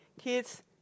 Kids